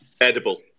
Edible